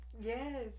Yes